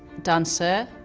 dancer,